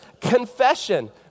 Confession